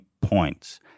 points